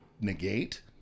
negate